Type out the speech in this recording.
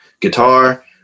guitar